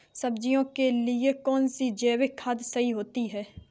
सब्जियों के लिए कौन सी जैविक खाद सही होती है?